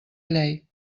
llei